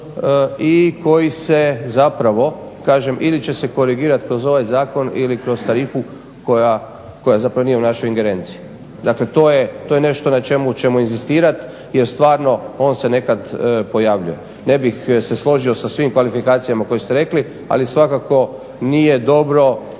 i koji se zapravo kažem ili će se korigirati kroz ovaj zakon ili kroz tarifu koja zapravo nije u našoj ingerenciji. Dakle, to je nešto na čemu ćemo inzistirati jer stvarno on se nekad pojavljuje. Ne bih se složio sa svim kvalifikacijama koje ste rekli, ali svakako nije dobro da